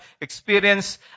experience